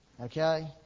Okay